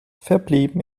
verblieben